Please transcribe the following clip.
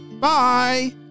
Bye